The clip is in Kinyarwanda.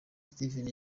steven